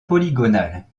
polygonale